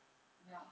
ya